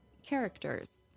characters